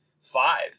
five